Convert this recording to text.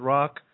Rock